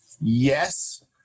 Yes